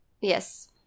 Yes